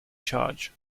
charge